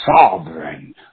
Sovereign